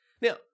Now